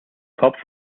kopf